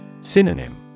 Synonym